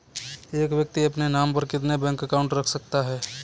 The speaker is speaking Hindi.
एक व्यक्ति अपने नाम पर कितने बैंक अकाउंट रख सकता है?